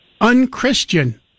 unchristian